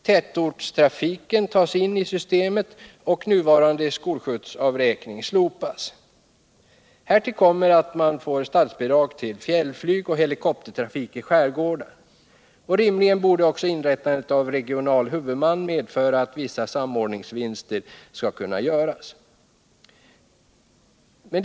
Tätortstrafiken inlemmas i systemet och nuvarande skolskjutsavräkning slopas. Härtill kommer visst statsbidrag till fjällflyg och helikoptertrafik i skärgårdar. Rimligen borde också inrättande av regional huvudman medföra vissa samordningsvinster genom bättre resursutnyttjande.